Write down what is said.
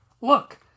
look